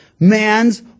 man's